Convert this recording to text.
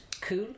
Cool